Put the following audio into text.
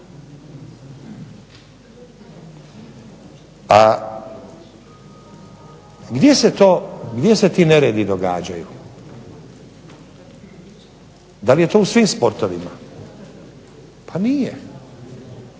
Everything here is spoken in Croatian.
A gdje se ti neredi događaju? Da li je to u svim sportovima? Pa nije.